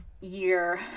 year